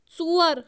ژور